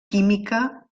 química